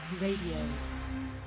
Radio